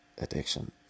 addiction